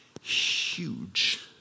huge